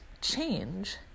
change